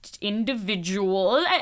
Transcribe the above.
individual